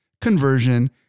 conversion